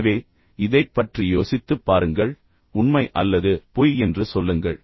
எனவே இதைப் பற்றி யோசித்துப் பாருங்கள் உண்மை அல்லது பொய் என்று சொல்லுங்கள்